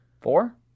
Four